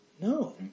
No